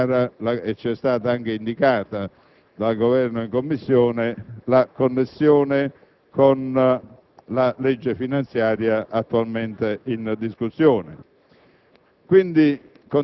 In particolare, è chiara - e ci è stata anche indicata dal Governo in Commissione - la connessione con la legge finanziaria attualmente in discussione.